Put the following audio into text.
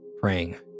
praying